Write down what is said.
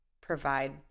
provide